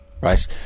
right